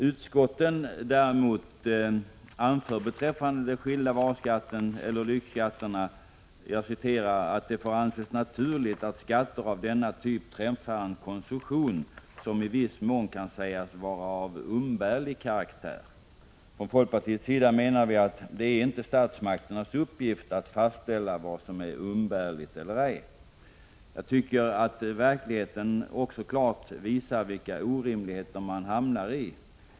Utskottet däremot anför beträffande den särskilda varuskatten, eller lyxskatterna, ”att det får anses naturligt att skatter av denna typ träffar en konsumtion som i viss mån kan sägas vara av umbärlig karaktär”. Från folkpartiets sida menar vi att det inte är statsmakternas uppgift att fastställa vad som är umbärligt eller ej. Jag tycker att verkligheten också klart visar vilka orimligheter det leder till.